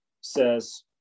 says